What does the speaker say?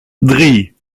drie